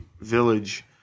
village